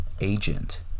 agent